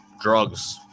drugs